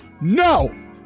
No